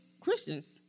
Christians